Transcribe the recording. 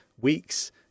weeks